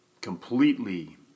completely